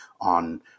on